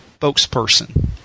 spokesperson